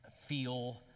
feel